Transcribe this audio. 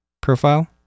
profile